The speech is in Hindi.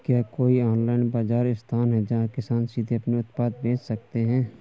क्या कोई ऑनलाइन बाज़ार स्थान है जहाँ किसान सीधे अपने उत्पाद बेच सकते हैं?